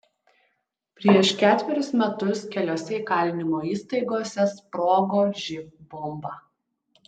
prieš ketverius metus keliose įkalinimo įstaigose sprogo živ bomba